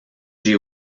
j’ai